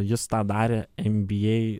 jis tą darė en by ei